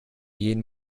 jeden